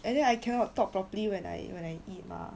and then I cannot talk properly when I when I eat mah